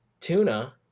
tuna